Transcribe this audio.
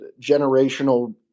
generational